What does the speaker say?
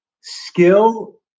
skill